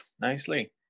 nicely